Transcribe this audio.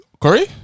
Curry